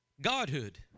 godhood